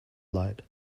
light